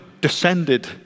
descended